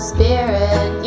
Spirit